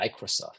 Microsoft